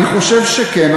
אני חושב שכן.